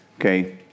Okay